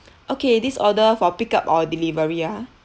okay this order for pick up or delivery ah